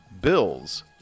Bills